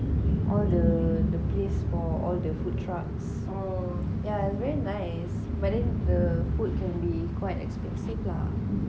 all the the place for all the food trucks yeah it's very nice but then the food can be quite expensive lah